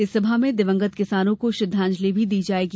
इस सभा में दिवंगत किसानों को श्रद्धांजलि भी दी जायेगी